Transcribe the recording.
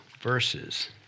verses